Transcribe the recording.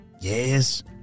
Yes